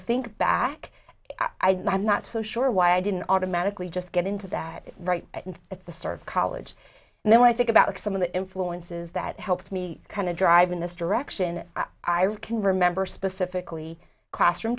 think back i'm not so sure why i didn't automatically just get into that right at the serve college and then i think about some of the influences that helped me kind of drive in this direction i can remember specifically classroom